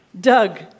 Doug